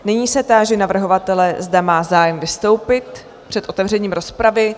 Nyní se táži navrhovatele, zda má zájem vystoupit před otevřením rozpravy.